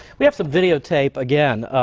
we have so videotape again,